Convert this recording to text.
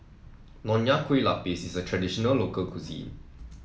Nonya Kueh Lapis is a traditional local cuisine